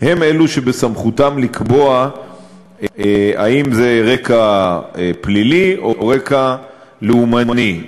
בסמכותם לקבוע אם זה על רקע פלילי או על רקע לאומני.